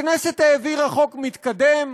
הכנסת העבירה חוק מתקדם,